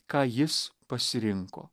ką jis pasirinko